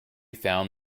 found